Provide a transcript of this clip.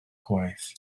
gwaith